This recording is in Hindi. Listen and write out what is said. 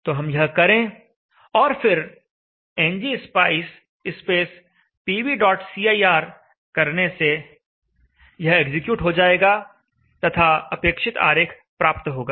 तो हम यह करें और फिर ngspice pvcir करने से यह एग्जीक्यूट हो जाएगा तथा अपेक्षित आरेख प्राप्त होगा